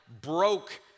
broke